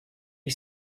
you